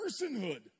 personhood